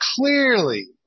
clearly